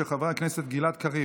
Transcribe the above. של חבר הכנסת גלעד קריב.